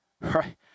right